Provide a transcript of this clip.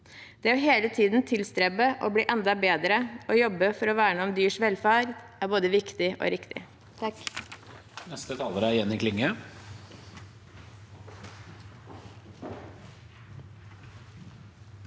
Det hele tiden å tilstrebe å bli enda bedre til å jobbe for å verne om dyrs velferd er både viktig og riktig.